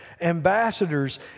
Ambassadors